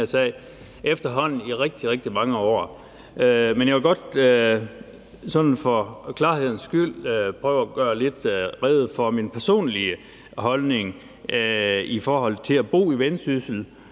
jeg vil godt sådan for klarhedens skyld prøve at gøre lidt rede for min personlige holdning i forhold til at bo i Vendsyssel